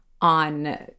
on